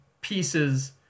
pieces